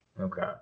okay